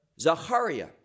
Zachariah